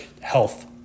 health